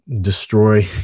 destroy